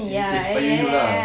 inspire you lah